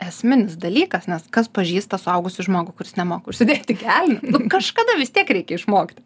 esminis dalykas nes kas pažįsta suaugusį žmogų kuris nemoka užsidėti kelnių kažkada vis tiek reikia išmokti